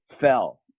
fell